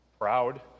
proud